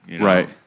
Right